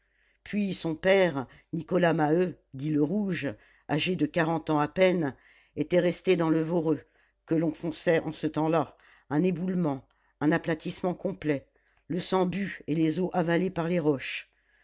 puis son père nicolas maheu dit le rouge âgé de quarante ans à peine était resté dans le voreux que l'on fonçait en ce temps-là un éboulement un aplatissement complet le sang bu et les os avalés par les roches